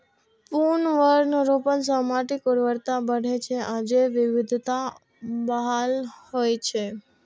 पुनर्वनरोपण सं माटिक उर्वरता बढ़ै छै आ जैव विविधता बहाल होइ छै